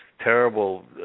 terrible